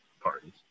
parties